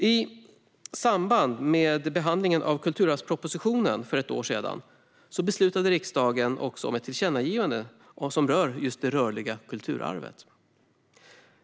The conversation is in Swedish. I samband med behandlingen av kulturarvspropositionen för ett år sedan beslutade riksdagen också om ett tillkännagivande som rör det rörliga kulturarvet.